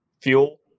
fuel